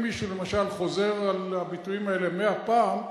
אם מישהו, למשל, חוזר על הביטויים האלה 100 פעם,